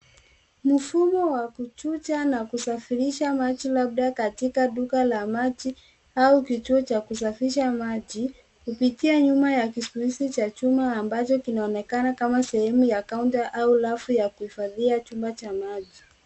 Mfumo wa kuchuja na kusafirisha maji labda katika duka la maji au kituo cha kusafisha maji kupitia nyuma ya kizuizi cha chuma ambacho kinaonekana kama sehemu ya counter au rafu ya kuhifadhia chumba cha maji.